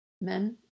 men